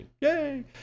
Yay